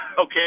okay